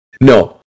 No